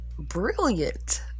brilliant